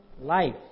life